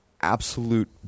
absolute